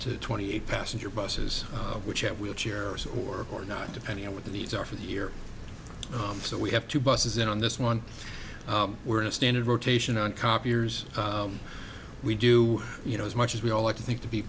to twenty eight passenger buses which have wheelchairs or not depending on what the needs are for the year so we have two buses in on this one we're in a standard rotation on copiers we do you know as much as we all like to think to be